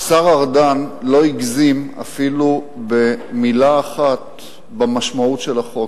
השר ארדן לא הגזים אפילו במלה אחת במשמעות של החוק,